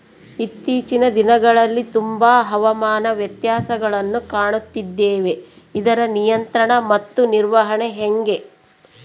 ಇತ್ತೇಚಿನ ದಿನಗಳಲ್ಲಿ ತುಂಬಾ ಹವಾಮಾನ ವ್ಯತ್ಯಾಸಗಳನ್ನು ಕಾಣುತ್ತಿದ್ದೇವೆ ಇದರ ನಿಯಂತ್ರಣ ಮತ್ತು ನಿರ್ವಹಣೆ ಹೆಂಗೆ?